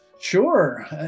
sure